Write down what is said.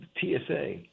TSA